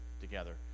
together